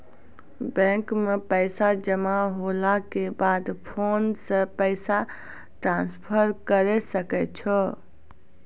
bank मे पैसा जमा होला के बाद फोन से पैसा ट्रांसफर करै सकै छौ